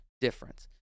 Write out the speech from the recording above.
difference